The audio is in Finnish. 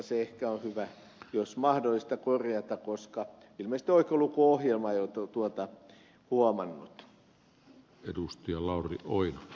se ehkä on hyvä jos mahdollista korjata koska ilmeisesti oikolukuohjelma ei ole tuota huomannut